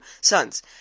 sons